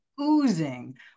oozing